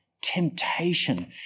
temptation